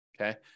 okay